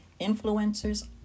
influencers